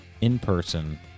in-person